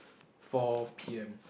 four p_m